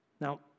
Now